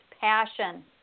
passion